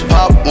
Pop